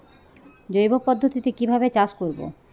জৈব পদ্ধতিতে কিভাবে চাষ করব?